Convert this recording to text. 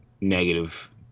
negative